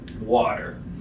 water